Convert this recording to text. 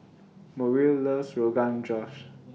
Muriel loves Rogan Josh